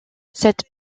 cette